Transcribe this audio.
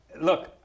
Look